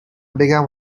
بگم